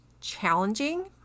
challenging